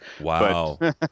Wow